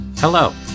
Hello